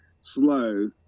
slow